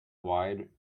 wide